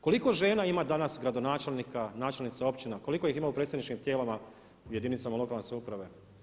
Koliko žena ima danas gradonačelnika, načelnica općina, koliko ih ima u predstavničkim tijelima, u jedinicama lokalne samouprave.